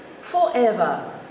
forever